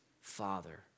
Father